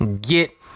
get